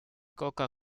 coca